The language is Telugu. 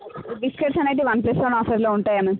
బిస్కెట్స్ అనేవి వన్ ప్లస్ వన్ ఆఫర్లో ఉంటాయి అండి